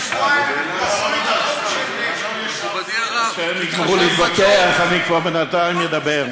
עד שהם יגמרו להתווכח, אני כבר בינתיים אדבר.